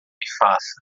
faça